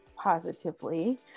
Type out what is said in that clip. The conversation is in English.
positively